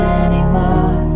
anymore